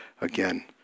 again